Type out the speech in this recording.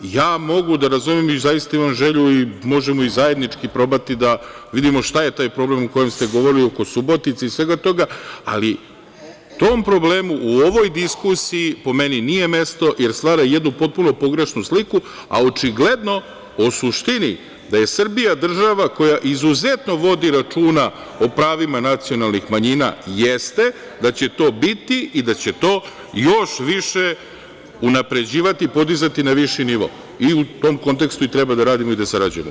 Ja mogu da razumem i zaista imam želju i možemo zajednički probati da vidimo šta je taj problem o kojem ste govorili oko Subotice i svega toga, ali tom problemu u ovoj diskusiji, po meni, nije mesto, jer stvara jednu potpuno pogrešnu sliku, a očigledno o suštini da je Srbija država koja izuzetno vodi računa o pravima nacionalnih manjina, jeste da će to biti i da će to još više unapređivati i podizati na viši nivo i u tom kontekstu i treba da radimo i da sarađujemo.